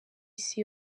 isi